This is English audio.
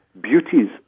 beauties